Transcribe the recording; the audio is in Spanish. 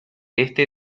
este